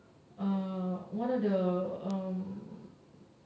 uh one of the um